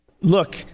Look